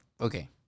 Okay